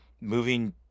moving